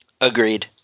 agreed